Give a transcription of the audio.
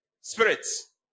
spirits